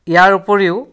ইয়াৰ উপৰিও